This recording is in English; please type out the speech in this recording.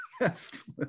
Yes